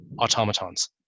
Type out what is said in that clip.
automatons